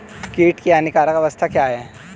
कीट की हानिकारक अवस्था क्या है?